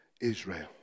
Israel